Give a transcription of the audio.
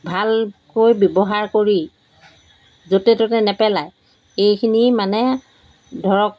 ভালকৈ ব্যৱহাৰ কৰি য'তে ত'তে নেপেলাই এইখিনি মানে ধৰক